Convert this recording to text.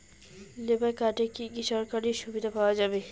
Labour কার্ডে কি কি সরকারি সুবিধা পাওয়া যাবে?